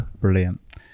Brilliant